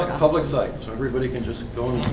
public site so everybody can just go